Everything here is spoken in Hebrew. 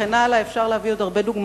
וכולם יהיו מרוצים.